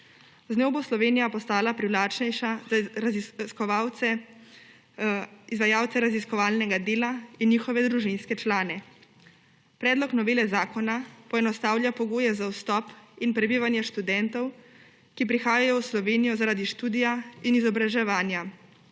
Z njo bo Slovenija postala privlačnejša za raziskovalce, izvajalce raziskovalnega dela in njihove družinske člane. Predlog novele zakona poenostavlja pogoje za vstop in prebivanje študentov, ki prihajajo v Slovenijo zaradi študija in izobraževanja,